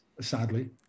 sadly